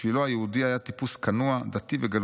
בשבילו היהודי היה טיפוס כנוע, דתי וגלותי.